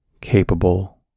capable